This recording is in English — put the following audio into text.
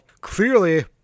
Clearly